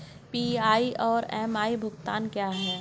PI और MI भुगतान क्या हैं?